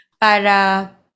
para